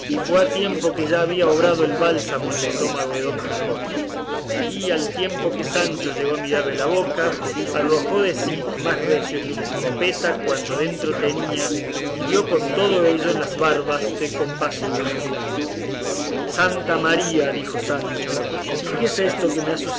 fue a tiempo que ya había obrado el bálsamo en el estómago de don quijote y al tiempo que sancho llegó a mirarle la boca arrojó de sí más recio que una escopeta cuanto dentro tenía y dio con todo ello en las barbas del compasivo escudero santa maría dijo sancho y qué es esto que me ha